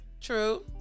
True